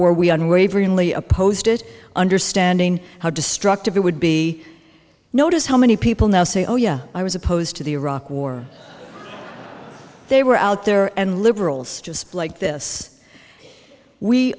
opposed it understanding how destructive it would be noticed how many people now say oh yeah i was opposed to the iraq war they were out there and liberals just like this we